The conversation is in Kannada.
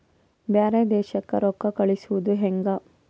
ಬ್ಯಾರೆ ದೇಶಕ್ಕೆ ರೊಕ್ಕ ಕಳಿಸುವುದು ಹ್ಯಾಂಗ?